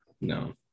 No